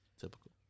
Typical